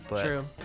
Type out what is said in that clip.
True